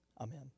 Amen